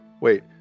wait